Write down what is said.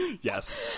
Yes